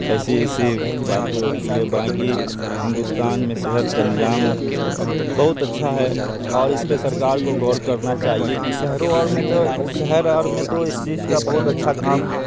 ایسی ایسی باتیں ہوتی ہے باقی ہندوستان میں صحت کا نظام بہت اچھا ہے اور اس پہ سرکار کو غور کرنا چاہیے کہ شہروں اور میں تو شہر اہر میں تو اس چیز کا بہت اچھا کام